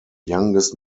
youngest